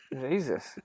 Jesus